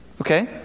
okay